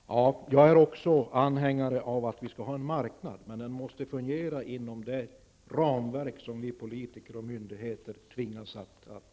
Herr talman! Jag är också anhängare av att vi skall ha en marknad. Men den måste fungera inom det ramverk som vi politiker och myndigheter tvingas att konstruera.